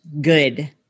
good